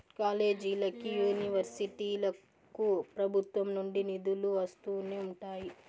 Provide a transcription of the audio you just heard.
కాలేజీలకి, యూనివర్సిటీలకు ప్రభుత్వం నుండి నిధులు వస్తూనే ఉంటాయి